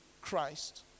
Christ